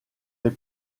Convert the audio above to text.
les